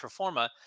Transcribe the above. Performa